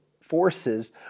forces